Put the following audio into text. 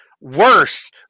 worse